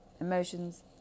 emotions